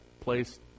place